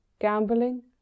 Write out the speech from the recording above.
gambling